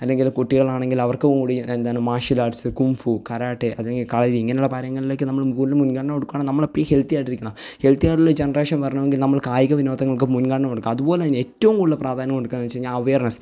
അല്ലെങ്കില് കുട്ടികളാണെങ്കില് അവര്ക്കും കൂടി എന്താണ് മാര്ഷൽ ആർട്സ് കുംഫു കരാട്ടെ അല്ലെങ്കിൽ കളരി ഇങ്ങനെ ഉള്ള കാര്യങ്ങളിലേക്ക് നമ്മള് മു കൂടുതൽ മുന്ഗണന കൊടുക്കുവാണെൽ നമ്മളെപ്പഴും ഹെല്ത്തി ആയിട്ടിരിക്കും ഹെല്ത്തി ആയുള്ള ജൻറേഷന് വരണമെങ്കിൽ നമ്മള് കായിക വിനോദങ്ങള്ക്ക് മുന്ഗണന കൊടുക്കുക അതുപോലെതന്നെ ഏറ്റവും കൂടുതൽ പ്രാധാന്യം കൊടുക്കുക എന്ന് വെച്ച് കഴിഞ്ഞാൽ വരണം